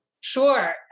Sure